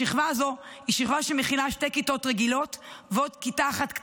השכבה הזו היא שכבה שמכילה שתי כיתות רגילות ועוד כיתה אחת קטנה,